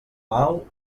mal